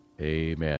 Amen